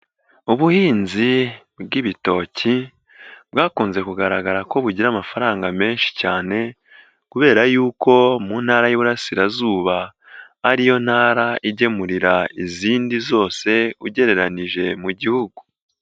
Ubuhinzi bw'ibitoki bwakunze kugaragara ko bugira amafaranga menshi cyane kubera yuko mu Intara y'Iburasirazuba, ari yo ntara igemurira izindi zose ugereranije mu gihugu.